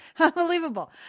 Unbelievable